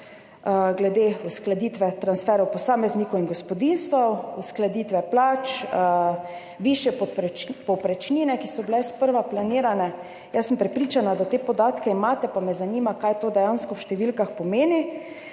glede uskladitve transferjev posameznikov in gospodinjstev, uskladitve plač, višjih povprečnin, ki so bile sprva planirane. Jaz sem prepričana, da imate te podatke, pa me zanima, kaj to dejansko pomeni